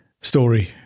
story